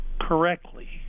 correctly